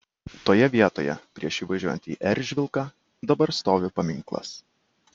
toje vietoje prieš įvažiuojant į eržvilką dabar stovi paminklas